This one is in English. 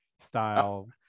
style